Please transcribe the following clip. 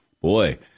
Boy